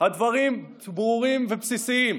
הדברים ברורים ובסיסיים: